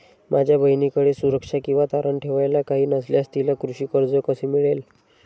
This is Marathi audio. माझ्या बहिणीकडे सुरक्षा किंवा तारण ठेवायला काही नसल्यास तिला कृषी कर्ज कसे मिळेल?